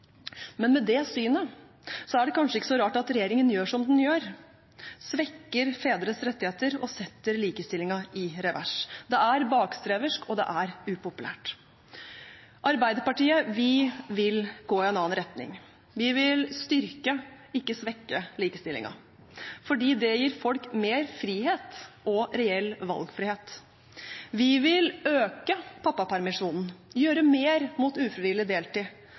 Men med det synet er det kanskje ikke så rart at regjeringen gjør som den gjør – svekker fedres rettigheter og setter likestillingen i revers. Det er bakstreversk, og det er upopulært. Arbeiderpartiet vil gå i en annen retning. Vi vil styrke – ikke svekke – likestillingen, fordi det gir folk mer frihet og reell valgfrihet. Vi vil øke pappapermisjonen, gjøre mer mot ufrivillig deltid,